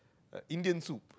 Indian soup